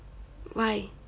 why